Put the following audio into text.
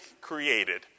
created